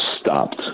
stopped